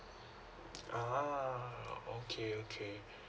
a'ah okay okay